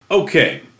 Okay